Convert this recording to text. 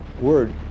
word